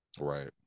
Right